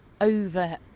over